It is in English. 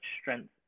strength